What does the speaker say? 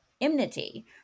enmity